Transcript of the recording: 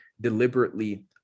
deliberately